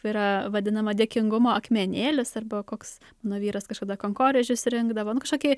tai yra vadinamą dėkingumo akmenėlis arba koks mano vyras kažkada kankorėžius rinkdavo nu kažkokį